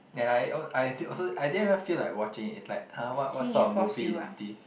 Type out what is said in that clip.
and I I also I didn't even feel like watching it's like huh what what sort of movie is this